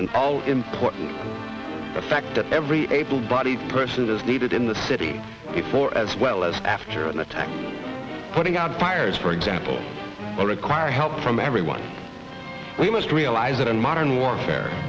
and all important the fact that every able bodied person is needed in the city before as well as after an attack putting out fires for example will require help from everyone we must realize that in modern warfare